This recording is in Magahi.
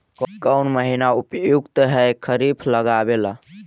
कौन महीना उपयुकत है खरिफ लगावे ला?